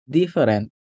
different